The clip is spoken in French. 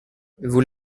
vous